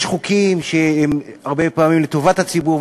יש חוקים שהם הרבה פעמים לטובת הציבור,